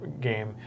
game